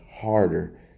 harder